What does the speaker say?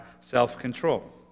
self-control